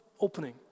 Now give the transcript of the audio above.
opening